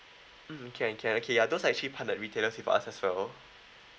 mm can can okay ya those are actually part of retailer with us as well